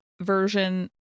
version